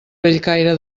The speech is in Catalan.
bellcaire